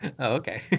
okay